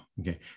Okay